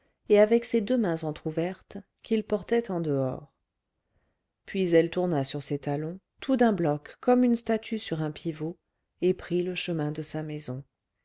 et avec ses deux mains entrouvertes qu'il portait en dehors puis elle tourna sur ses talons tout d'un bloc comme une statue sur un pivot et prit le chemin de sa maison